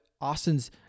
Austin's